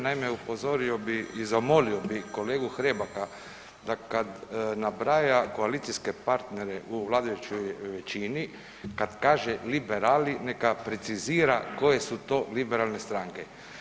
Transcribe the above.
Naime, upozorio bi i zamolio bi kolegu Hrebaka da kad nabraja koalicijske partnere u vladajućoj većini, kad kaže liberali neka precizira koje su to liberalne stranke.